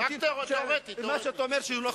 שהוא מופרך לחלוטין, הוא נכון.